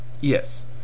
Yes